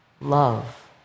love